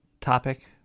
topic